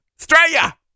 Australia